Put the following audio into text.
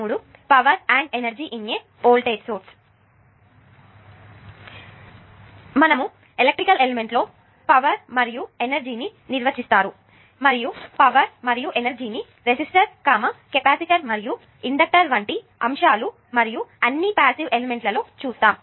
మేము electrical element లో power మరియు ఎనర్జీ ని నిర్వచిస్తారు మరియు పవర్ మరియు ఎనర్జీ ని రెసిస్టర్ కెపాసిటర్ మరియు ఇండక్టర్ వంటి అంశాలు మరియు అన్ని పాసివ్ ఎలెమెంట్స్ లలో చూసాం